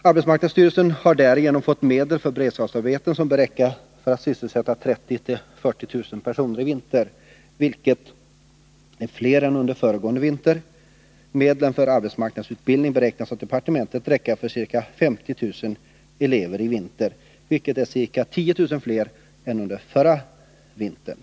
Arbetsmarknadsstyrelsen har därigenom fått medel för beredskapsarbeten, som bör räcka för att sysselsätta 30 000-40 000 personer i vinter, vilket är fler än under föregående vinter. Medlen för arbetsmarknadsutbildning beräknas av arbetsmarknadsdepartementet räcka för ca 50 000 elever i vinter, vilket är ca 10 000 fler än under förra vintern.